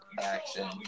action